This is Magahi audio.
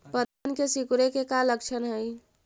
पत्तबन के सिकुड़े के का लक्षण हई?